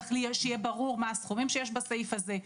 צריך שיהיה ברור מה הסכומים שיש בסעיף הזה,